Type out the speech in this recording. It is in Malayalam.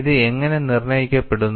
ഇത് എങ്ങനെ നിർണ്ണയിക്കപ്പെടുന്നു